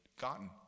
gotten